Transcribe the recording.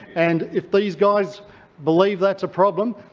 and if these guys believe that's a problem,